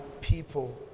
people